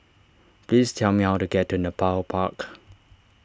please tell me how to get to Nepal Park